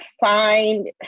find